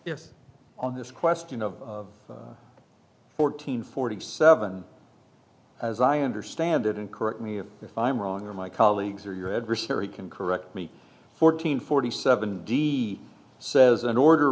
yes on this question of fourteen forty seven as i understand it and correct me if i'm wrong or my colleagues or your adversary can correct me fourteen forty seven d says an order